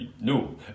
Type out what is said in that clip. No